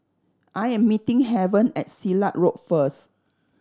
I am meeting Heaven at Silat Road first